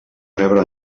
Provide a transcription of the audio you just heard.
rebre